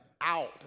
out